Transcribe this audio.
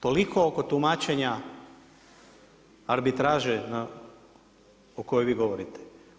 Toliko oko tumačenja arbitraže o kojoj vi govorite.